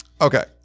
Okay